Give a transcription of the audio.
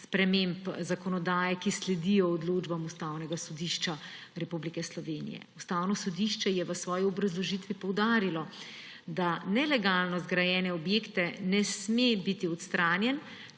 sprememb zakonodaje, ki sledijo odločbam Ustavnega sodišča Republike Slovenije. Ustavno sodišče je v svoji obrazložitvi poudarilo, da nelegalno zgrajeni objekti ne smejo biti odstranjeni,